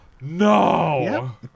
no